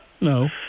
No